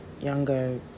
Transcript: younger